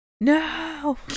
No